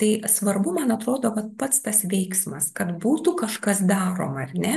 tai svarbu man atrodo vat pats tas veiksmas kad būtų kažkas daroma ar ne